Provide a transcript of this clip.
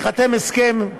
ייחתם הסכם,